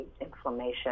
inflammation